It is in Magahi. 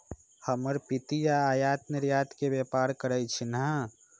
हमर पितिया आयात निर्यात के व्यापार करइ छिन्ह